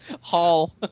Hall